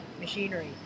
machinery